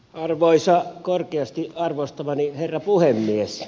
arvoisa korkeasti arvostamani herra puhemies